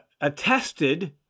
attested